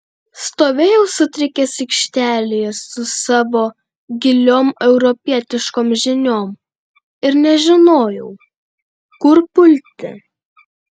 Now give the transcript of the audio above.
stovėjau sutrikęs aikštelėje su savo giliom europietiškom žiniom ir nežinojau kur pulti